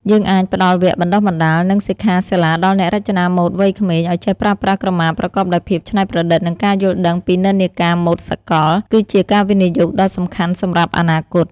យើងអាចផ្តល់វគ្គបណ្តុះបណ្តាល និងសិក្ខាសាលាដល់អ្នករចនាម៉ូដវ័យក្មេង ឲ្យចេះប្រើប្រាស់ក្រមាប្រកបដោយភាពច្នៃប្រឌិត និងការយល់ដឹងពីនិន្នាការម៉ូដសកល គឺជាការវិនិយោគដ៏សំខាន់សម្រាប់អនាគត។